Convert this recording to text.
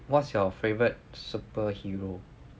what's your favourite superhero